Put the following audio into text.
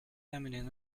feminine